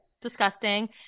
Disgusting